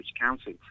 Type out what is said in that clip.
Council